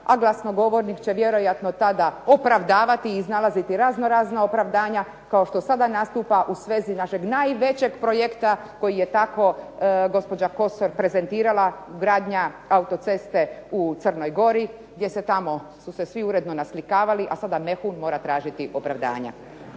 a glasnogovornik će vjerojatno tada opravdavati i iznalaziti raznorazna opravdanja kao što sada nastupa u svezi našeg najveće projekta koji je tako gospođa Kosor prezentirala, gradnja autoceste u Crnoj Gori gdje su se tamo svi uredno naslikavali, a sada Mehun mora tražiti opravdanja.